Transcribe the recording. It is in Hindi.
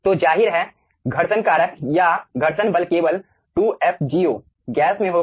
तो जाहिर है घर्षण कारक या घर्षण बल केवल 2 fgo गैस में होगा